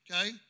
Okay